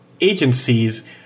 agencies